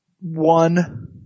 One